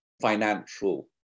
financial